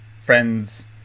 friend's